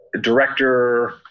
director